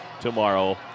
tomorrow